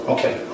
Okay